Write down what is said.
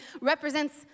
represents